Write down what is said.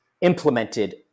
implemented